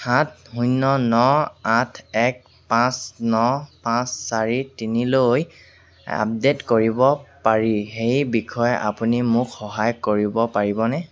সাত শূন্য ন আঠ এক পাঁচ ন পাঁচ চাৰি তিনিলৈ আপডেট কৰিব পাৰি সেই বিষয়ে আপুনি মোক সহায় কৰিব পাৰিবনে